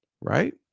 Right